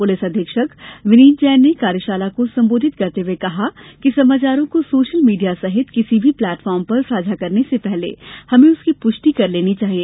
police अधीक्षक विनीत जैन ने कार्यशाला को संबोधित करते हुए कहा कि समाचारों को सोशल मीडिया सहित किसी भ ी प्लेटफार्म पर साझा करने से पहले हमे उसकी पृष्टि कर लेनी चाहिए